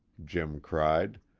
jim cried.